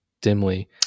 Dimly